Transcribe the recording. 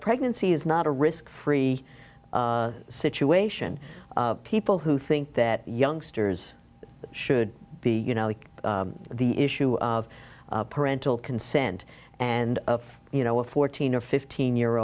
pregnancy is not a risk free situation people who think that youngsters should be you know the issue of parental consent and of you know a fourteen or fifteen year